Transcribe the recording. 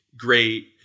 great